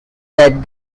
dead